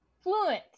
Fluent